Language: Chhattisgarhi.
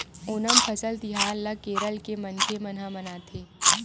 ओनम फसल तिहार ल केरल के मनखे मन ह मनाथे